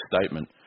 statement